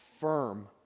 firm